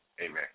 Amen